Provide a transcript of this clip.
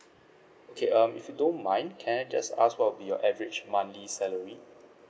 okay um if you don't mind can I just ask what will be your average monthly salary